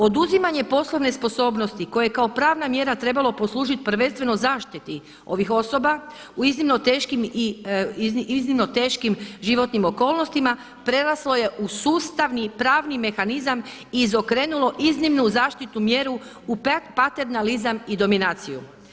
Oduzimanje poslovne sposobnosti koje je kao pravna mjera trebalo poslužiti prvenstveno zaštiti ovih osoba u iznimno teškim, iznimno teškim životnim okolnostima preraslo je u sustavni, pravni mehanizam i izokrenulo iznimnu zaštitnu mjeru u paternazilam i dominaciju.